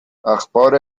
اخبار